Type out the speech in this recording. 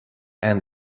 and